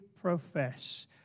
profess